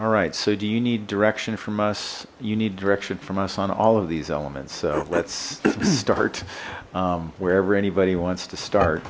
all right so do you need direction from us you need direction from us on all of these elements so let's start wherever anybody wants to start